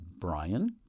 Brian